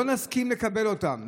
לא נסכים לקבל אותם?